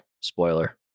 spoiler